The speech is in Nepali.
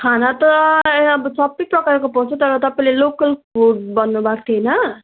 खाना त अब सबै प्रकारको पाउँछ तर तपाईँले लोकल फुड भन्नुभएको थियो होइन